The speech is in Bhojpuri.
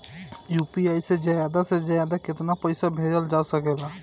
यू.पी.आई से ज्यादा से ज्यादा केतना पईसा भेजल जा सकेला?